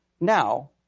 Now